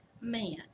man